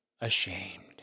ashamed